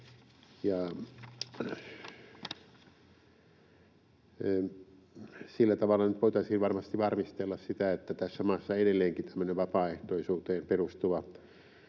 Sillä tavalla nyt voitaisiin varmasti varmistella sitä, että tässä maassa edelleenkin tämmöinen vapaaehtoisuuteen perustuva